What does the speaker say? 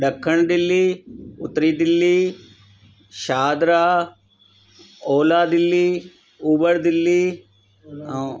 ॾखिण दिल्ली उत्तरी दिल्ली शाहदरा ओलह दिल्ली ओभरु दिल्ली ऐं